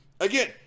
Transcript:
Again